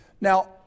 Now